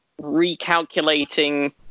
recalculating